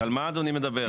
על מה אדוני מדבר?